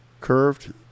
curved